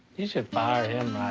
you should fire him